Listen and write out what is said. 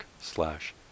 slash